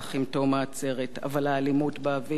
אבל האלימות באוויר היתה מוחשית.